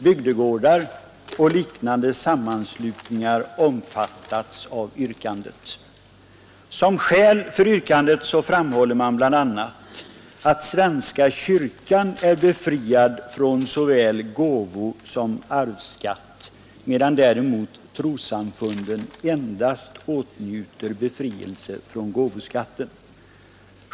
bygdegårdar och liknande sammanslutningar omfattats av yrkandet. Som skäl för yrkandet framhåller man bl.a., att svenska kyrkan är befriad från såväl gåvosom arvsskatt, medan trossamfunden endast åtnjuter befrielse från gåvoskatten.